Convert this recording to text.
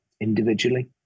individually